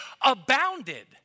abounded